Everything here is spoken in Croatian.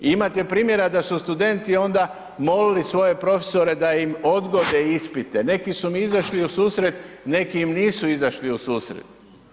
Imate primjera da su studenti onda molili svoje profesore da im odgode ispite, neki su mu izašli u susret, neki im nisu izašli u susret.